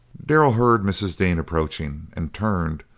darrell heard mrs. dean approaching, and turned,